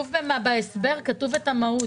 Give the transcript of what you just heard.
בהסבר כתוב את המהות.